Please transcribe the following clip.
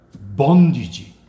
bondage